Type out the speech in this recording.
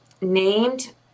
named